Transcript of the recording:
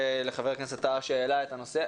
ולחבר הכנסת טאהא שהעלה את הנושא.